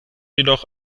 jedoch